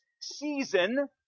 season